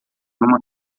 uma